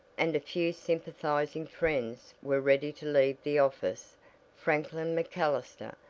and a few sympathizing friends were ready to leave the office franklin macallister,